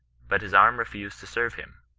but his arm refused to serve him.